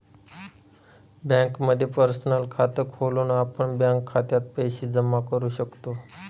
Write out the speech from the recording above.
बँकेमध्ये पर्सनल खात खोलून आपण बँक खात्यात पैसे जमा करू शकतो